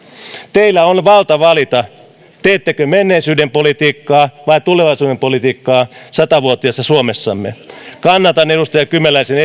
teillä on valta valita teettekö menneisyyden politiikkaa vai tulevaisuuden politiikkaa sata vuotiaassa suomessamme kannatan edustaja kymäläisen